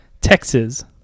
texas